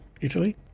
Italy